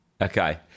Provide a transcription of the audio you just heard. Okay